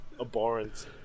Abhorrent